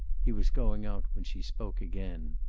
he was going out when she spoke again.